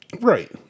Right